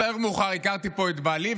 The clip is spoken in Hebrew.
יותר מאוחר הכרתי פה את בעלי,